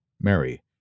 Mary